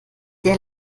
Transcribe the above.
der